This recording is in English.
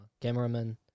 Cameraman